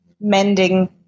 mending